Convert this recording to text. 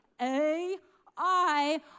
A-I